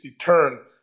turn